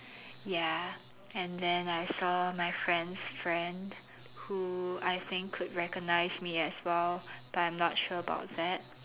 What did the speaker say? ya and then I saw my friend's friend who I think recognized me as well but I'm not sure about that